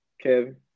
Kevin